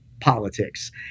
politics